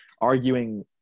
arguing